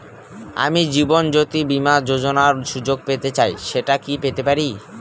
আমি জীবনয্যোতি বীমা যোযোনার সুযোগ পেতে চাই সেটা কি পেতে পারি?